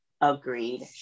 Agreed